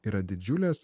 yra didžiulės